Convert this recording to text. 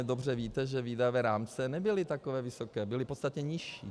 Původně, dobře víte, že výdajové rámce nebyly takhle vysoké, byly podstatně nižší.